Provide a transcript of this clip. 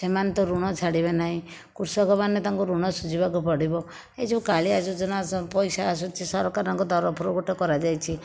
ସେମାନେ ତ ଋଣ ଛାଡ଼ିବେ ନାହିଁ କୃଷକମାନେ ତାଙ୍କ ଋଣ ଶୁଝିବାକୁ ପଡ଼ିବ ଏ ଯେଉଁ କାଳିଆ ଯୋଜନା ପଇସା ଆସୁଛି ସରକାରଙ୍କ ତରଫରୁ ଗୋଟିଏ କରାଯାଇଛି